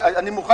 אני לא מבין.